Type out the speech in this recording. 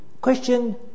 question